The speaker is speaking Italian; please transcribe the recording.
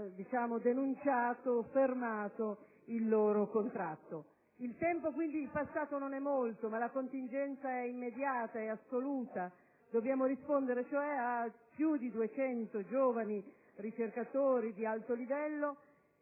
visto denunciato o fermato il loro contratto. Il tempo passato, dunque, non è molto, ma la contingenza è immediata e assoluta. Dobbiamo rispondere a più di 200 giovani ricercatori di alto livello